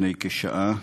לפני כשעה,